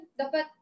dapat